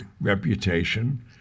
reputation